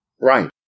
Right